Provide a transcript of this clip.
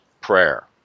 prayer